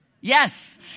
Yes